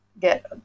get